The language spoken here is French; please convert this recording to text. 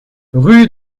rue